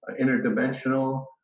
interdimensional